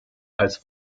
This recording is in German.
als